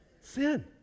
sin